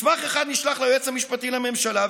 מסמך אחד נשלח ליועץ המשפטי לממשלה,